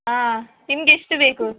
ಹಾಂ ನಿಮಗೆ ಎಷ್ಟು ಬೇಕು